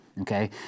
Okay